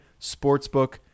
sportsbook